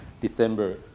December